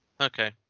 Okay